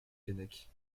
keinec